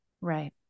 Right